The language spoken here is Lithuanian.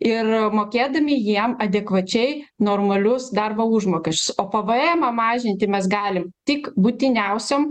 ir mokėdami jiem adekvačiai normalius darbo užmokesčius o pvemą mažinti mes galim tik būtiniausiom